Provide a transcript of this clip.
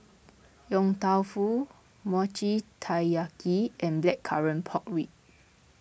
Yong Tau Foo Mochi Taiyaki and Blackcurrant Pork Ribs